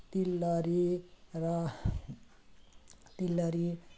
तिलहरी र तिलहरी